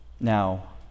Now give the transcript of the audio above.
Now